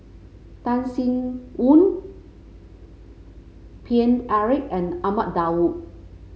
Tan Sin Aun Paine Eric and Ahmad Daud